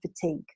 fatigue